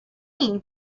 mean